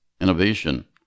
innovation